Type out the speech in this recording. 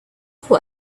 for